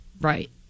right